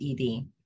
ed